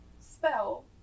spell